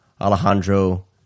Alejandro